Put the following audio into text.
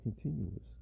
continuous